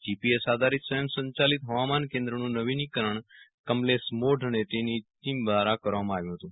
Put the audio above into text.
GPS આધારિત સ્વસંચાલિત હવામાન કેન્દ્રનું નવીનીકરણ કમલેશ મોઢ અને એની ટીમ દ્વારા કરવામાં આવ્યું ફતું